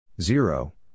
Zero